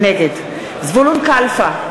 נגד זבולון קלפה,